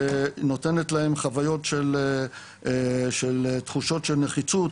שנותנת להם חוויות של תחושות של נחיצות,